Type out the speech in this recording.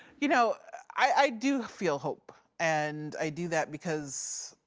you know, i do feel hope. and i do that because,